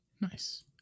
Nice